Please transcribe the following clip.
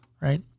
right